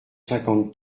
cinquante